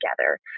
together